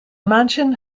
mansion